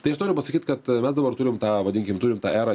tai aš noriu pasakyt kad mes dabar turim tą vadinkim turim tą erą